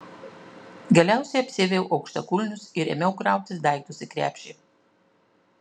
galiausiai apsiaviau aukštakulnius ir ėmiau krautis daiktus į krepšį